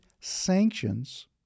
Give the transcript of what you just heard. sanctions